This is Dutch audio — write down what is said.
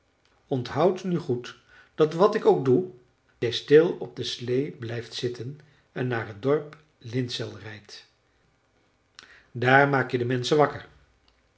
onthoud nu goed dat wat ik ook doe jij stil op de sleê blijft zitten en naar t dorp linsäll rijdt daar maak je de menschen wakker